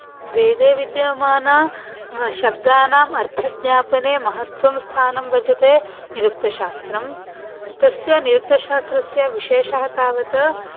वेदे विद्यमानशब्दानाम् अर्थज्ञापने महत्त्वं स्थानं भजते निरुक्तशास्त्रम् तस्य निरुक्तशास्त्रस्य विशेषः तावत्